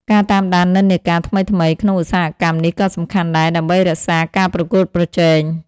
ការតាមដាននិន្នាការថ្មីៗ ក្នុងឧស្សាហកម្មនេះក៏សំខាន់ដែរ ដើម្បីរក្សាការប្រកួតប្រជែង។